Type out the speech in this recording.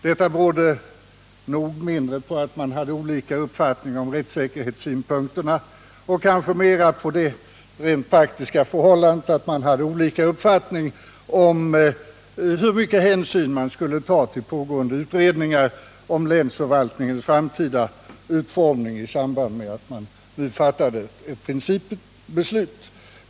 Detta berodde nog mindre på att man hade olika uppfattningar om rättssäkerhetssynpunkterna och kanske mer på det rent praktiska förhållandet att man hade olika uppfattning om hur mycket hänsyn man skulle ta till pågående utredningar om länsförvaltningens framtida utformning i samband med att man fattade ett principbeslut.